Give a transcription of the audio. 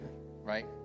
right